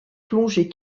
plonger